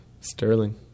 Sterling